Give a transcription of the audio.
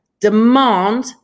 demand